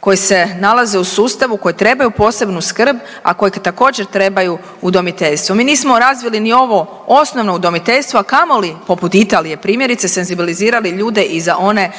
koji se nalaze u sustavu koji trebaju posebnu skrb, a koji također trebaju udomiteljstvo. Mi nismo razvili ni ovo osnovno udomiteljstvo, a kamoli poput Italije primjerice senzibilizirali ljude i za one